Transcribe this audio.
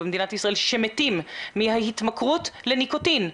במדינת ישראל שמתים מההתמכרות לניקוטין.